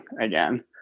again